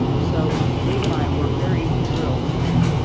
so, dave and i were very drilled in,